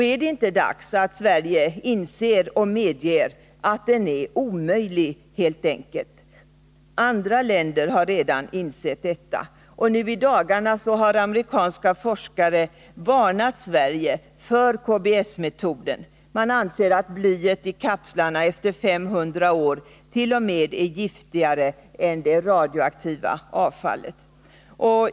Ar det inte dags att Sverige inser och medger att denna metod helt enkelt är omöjlig? Andra länder har redan insett detta. Nu i dagarna har amerikanska forskare varnat Sverige för ar för förvaring KBS-metoden, då man anser att blyet i kapslarna efter 500 år t.o.m. är qv radioaktivt giftigare än det radioaktiva avfallet.